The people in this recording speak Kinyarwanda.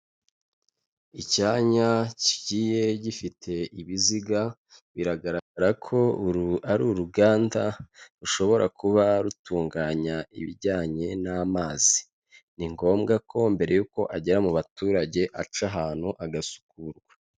Icyanya kigiye gifite ibiziga, biragaragara ko uru ari uruganda, rushobora kuba rutunganya ibijyanye n'amazi. Ni ngombwa ko mbere y'uko agera mu baturage, aca ahantu agasukurwa.